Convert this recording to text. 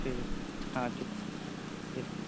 ठीक हँ ठीक ठीक